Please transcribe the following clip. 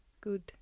good